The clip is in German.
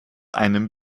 einem